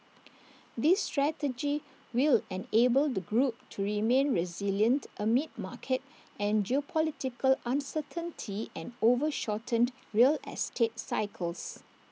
this strategy will enable the group to remain resilient amid market and geopolitical uncertainty and over shortened real estate cycles